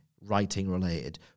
writing-related